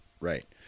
Right